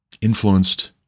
influenced